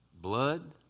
blood